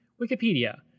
Wikipedia